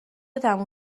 تموم